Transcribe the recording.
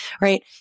right